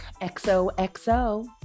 XOXO